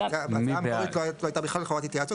גם בהצעה המקורית לא הייתה בכלל חובת היוועצות,